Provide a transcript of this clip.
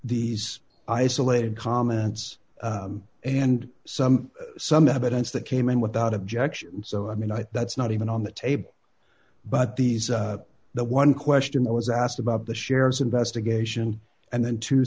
these isolated comments and some some evidence that came in without objection so i mean that's not even on the table but these are the one question that was asked about the sheriff's investigation and then t